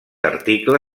article